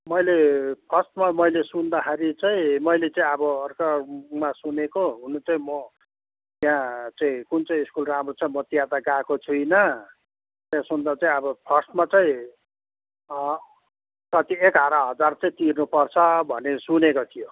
मैले फर्स्टमा मैले सुन्दाखेरि चाहिँ मैले चाहिँ अब अर्काको मुखमा सुनेको हुनु चाहिँ म त्यहाँ चाहिँ कुन चाहिँ स्कुल राम्रो छ म त्यहाँ त गएको छुइनँ त्यहाँ सुन्दा चाहिँ फर्स्टमा चाहिँ अँ कति एघार हजार चाहिँ तिर्नुपर्छ भन्ने सुनेको थियो